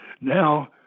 now